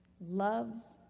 loves